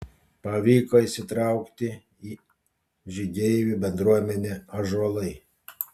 pavyko įsitraukti į žygeivių bendruomenę ąžuolai